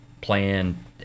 plan